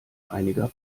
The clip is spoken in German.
einiger